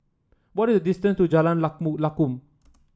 what is the distance to Jalan Lakum